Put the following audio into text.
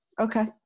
okay